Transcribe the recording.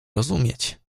rozumieć